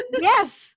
Yes